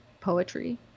poetry